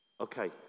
Okay